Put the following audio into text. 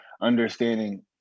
understanding